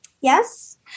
Yes